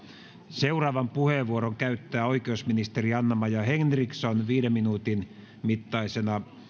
seuraavan puheenvuoron käyttää oikeusministeri anna maja henriksson viiden minuutin mittaisena